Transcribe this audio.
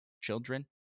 children